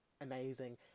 amazing